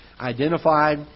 identified